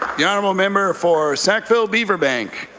the honourable member for sackville beaver bank?